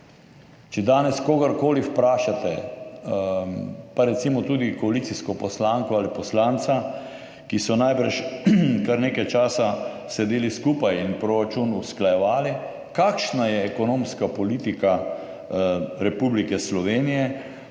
Če danes kogarkoli vprašate, pa recimo tudi koalicijsko poslanko ali poslanca, ki so najbrž kar nekaj časa sedeli skupaj in proračun usklajevali, kakšna je ekonomska politika Republike Slovenije,